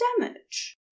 damage